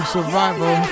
Survival